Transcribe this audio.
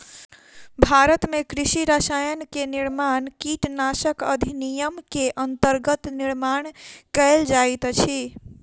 भारत में कृषि रसायन के निर्माण कीटनाशक अधिनियम के अंतर्गत निर्माण कएल जाइत अछि